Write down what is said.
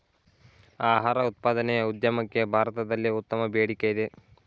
ಆಹಾರ ಉತ್ಪಾದನೆ ಉದ್ಯಮಕ್ಕೆ ಭಾರತದಲ್ಲಿ ಉತ್ತಮ ಬೇಡಿಕೆಯಿದೆ